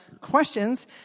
questions